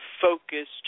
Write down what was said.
focused